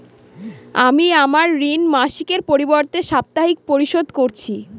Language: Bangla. আমি আমার ঋণ মাসিকের পরিবর্তে সাপ্তাহিক পরিশোধ করছি